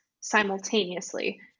simultaneously